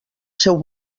seu